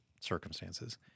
circumstances